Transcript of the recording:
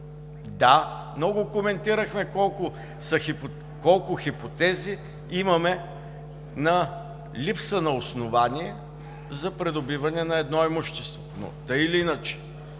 Да, много коментирахме колко хипотези имаме на липса на основание за придобиване на едно имущество, но така или иначе